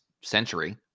century